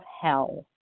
hell